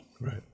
Right